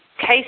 case